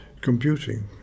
computing